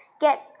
get